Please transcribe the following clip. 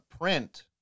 print